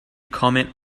comment